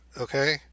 okay